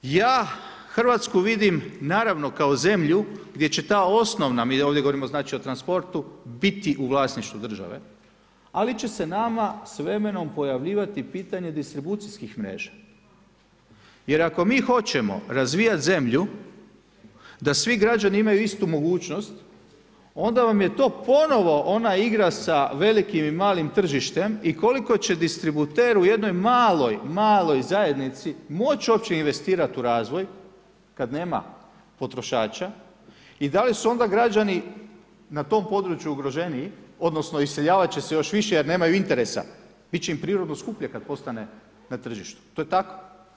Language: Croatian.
Ja Hrvatsku vidim kao zemlju gdje će ta osnovna, mi ovdje govorimo o transportu, biti u vlasništvu države, ali će se nama s vremenom pojavljivati pitanje distribucijskih mreža jer ako mi hoćemo razvijat zemlju da svi građani imaju istu mogućnost onda vam je to ponovo ona igra sa velikim i malim tržištem i koliko će distributer u jednoj maloj, maloj zajednici moć uopće investirat u razvoj kada nema potrošača i da li su onda građani na tom području ugroženiji odnosno iseljavat će se još više jer nemaju interesa, bit će im prirodno skuplje kada postane na tržištu, to je tako.